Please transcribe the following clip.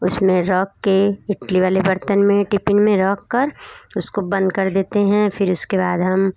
उसमें रख के इडली वाले बर्तन में टिपिन में रख कर उसको बंद कर देते हैं फिर उसके बाद हम